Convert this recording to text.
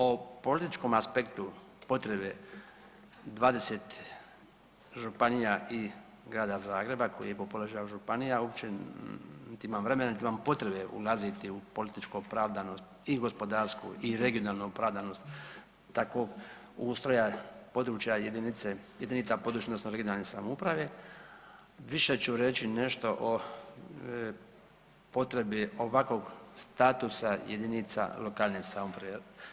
O političkom aspektu potrebe 20 županija i Grada Zagreba koji je po položaju županija uopće niti imam vremena niti imam potrebe ulaziti u političku opravdanost i gospodarsku i regionalnu opravdanost takvog ustroja područja jedinica područne odnosno regionalne samouprave, više ću reći nešto o potrebi ovakvog statusa jedinica lokalne samouprave.